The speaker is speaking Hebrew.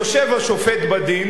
יושב השופט בדין,